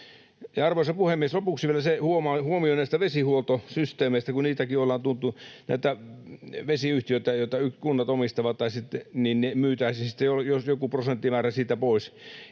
Arvoisa puhemies! Lopuksi vielä se huomio näistä vesihuoltosysteemeistä, kun niitäkin ollaan tuotu, että vesiyhtiöistä, joita kunnat omistavat, myytäisiin sitten joku prosenttimäärä pois,